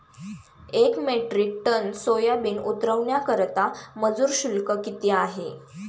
एक metric ton soybean उतरवण्याकरता मजूर शुल्क किती आहे?